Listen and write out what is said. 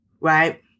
right